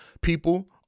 people